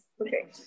Okay